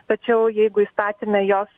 tačiau jeigu įstatyme jos